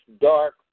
dark